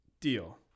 deal